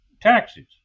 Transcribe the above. taxes